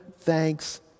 thanks